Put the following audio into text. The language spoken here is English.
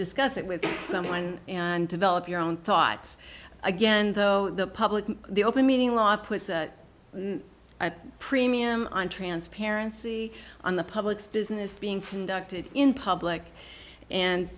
discuss it with someone and develop your own thoughts again though the public the open meeting law puts a premium on transparency on the public's business being conducted in public and